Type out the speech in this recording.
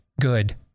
good